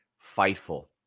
Fightful